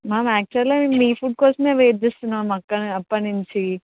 ma'am యాక్చువల్గా మీ food కోసమే వెయిట్ చేస్తున్నాం అక్క అప్పటి నుంచి